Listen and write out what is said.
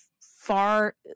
far